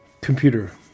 Computer